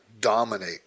dominate